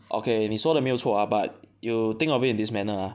okay 你说的没有错 ah but you think of it in this manner ah